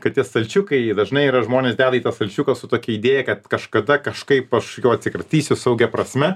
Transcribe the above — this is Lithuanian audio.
kad tie stalčiukai dažnai yra žmonės deda į tą stalčiuką su tokia idėja kad kažkada kažkaip aš jo atsikratysiu saugia prasme